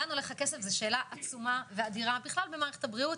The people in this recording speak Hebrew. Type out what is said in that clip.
זאת שאלה עצומה במערכת הבריאות,